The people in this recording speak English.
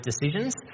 decisions